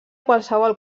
qualsevol